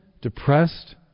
depressed